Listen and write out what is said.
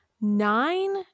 nine